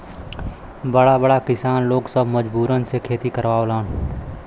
बड़ा बड़ा किसान लोग सब मजूरन से खेती करावलन